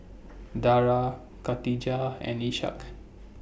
Dara Katijah and Ishak